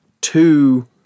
two